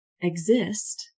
exist